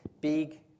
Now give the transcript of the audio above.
big